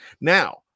Now